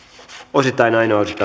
osittain